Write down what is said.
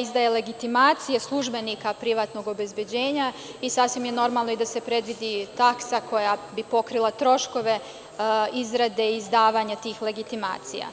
izdaje legitimacije službenika privatnog obezbeđenja i sasvim je normalno da se predvidi taksa koja bi pokrila troškove izrade, izdavanja tih legitimacija.